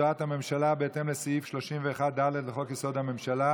הודעת הממשלה בהתאם לסעיף 31(ד) לחוק-יסוד: הממשלה